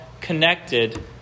connected